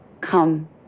Come